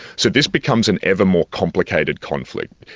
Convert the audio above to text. so this becomes an ever more complicated conflict.